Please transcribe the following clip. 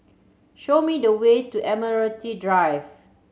show me the way to Admiralty Drive